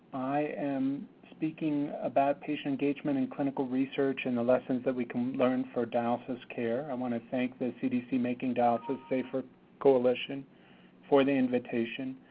i am speaking about patient engagement in clinical research and the lessons we can learn for dialysis care. i want to thank the cdc making dialysis safer coalition for the invitation.